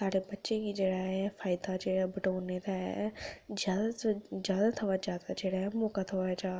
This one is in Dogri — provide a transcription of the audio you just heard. साढ़े बच्चें गी जेह्ड़ा ऐ फायदा जेह्ड़ा बटोरने दा ऐ जैदा शा जैदा थमां जैदा जेह्ड़ा ऐ मौका थ्होआ जाग